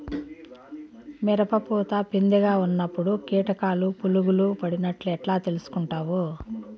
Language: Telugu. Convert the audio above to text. మిరప పూత పిందె గా ఉన్నప్పుడు కీటకాలు పులుగులు పడినట్లు ఎట్లా తెలుసుకుంటావు?